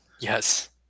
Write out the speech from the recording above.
Yes